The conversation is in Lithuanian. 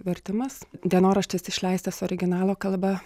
vertimas dienoraštis išleistas originalo kalba